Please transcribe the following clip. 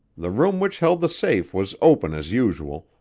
the room which held the safe was open as usual,